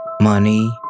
money